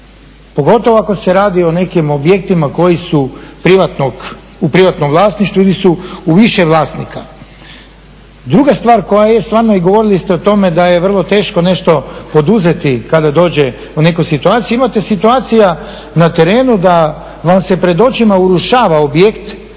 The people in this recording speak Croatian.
pogotovo ako se radi o nekim objektima koji su u privatnom vlasništvu ili su u više vlasnika. Druga stvar koja je stvarno i govorili ste o tome da je vrlo teško nešto poduzeti kada dođe u neku situaciju. Imate situacija na terenu da vam se pred očima urušava objekt